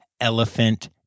elephant